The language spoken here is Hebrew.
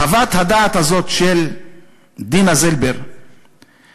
חוות הדעת הזאת של דינה זילבר נשלחה,